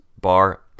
bar